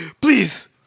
Please